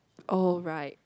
oh right